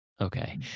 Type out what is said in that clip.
Okay